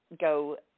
go